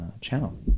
channel